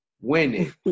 winning